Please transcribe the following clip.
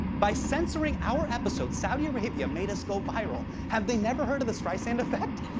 by censoring our episode, saudi arabia made us go viral have they never heard of the streisand effect?